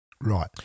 Right